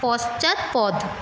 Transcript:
পশ্চাৎপদ